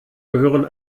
gehören